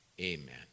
Amen